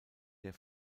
der